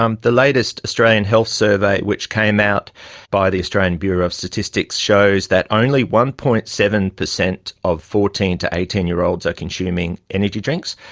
um the latest australian health survey, which came out by the australian bureau of statistics, shows that only one. seven percent of fourteen to eighteen year olds are consuming energy drinks.